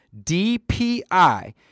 DPI